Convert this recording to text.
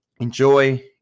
enjoy –